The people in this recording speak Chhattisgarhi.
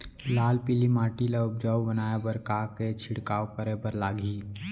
लाल पीली माटी ला उपजाऊ बनाए बर का का के छिड़काव करे बर लागही?